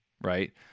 right